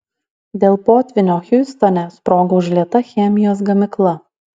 dėl potvynio hjustone sprogo užlieta chemijos gamykla